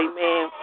Amen